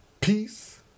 peace